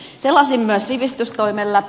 selasin myös sivistystoimen läpi